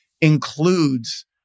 includes